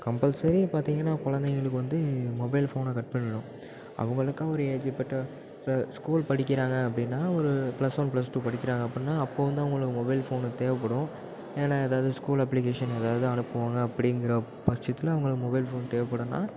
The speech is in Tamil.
கம்பல்சரி பார்த்தீங்கன்னா குழந்தைங்களுக்கு வந்து மொபைல் ஃபோனை கட் பண்ணனும் அவங்களுக்கும் ஒரு ஏஜு பற்றா ஸ்கூல் படிக்கிறாங்க அப்படின்னா ஒரு பிளஸ் ஒன் பிளஸ் டூ படிக்கிறாங்க அப்பன்னா அப்போது வந்து அவங்களுக்கு மொபைல் ஃபோனு தேவைப்படும் ஏன்னால் ஏதாவது ஸ்கூல் அப்ளிகேஷன் எதாவது அனுப்புவாங்க அப்படிங்கிற பட்சத்தில் அவங்களுக்கு மொபைல் ஃபோன் தேவைப்படலாம்